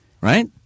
right